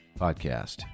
Podcast